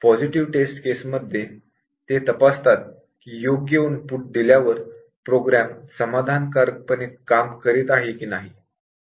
positive test case मध्ये योग्य input दिल्यावर प्रोग्राम समाधानकारकपणे काम करीत आहे की नाही ते तपासतात